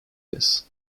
this